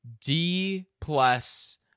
D-plus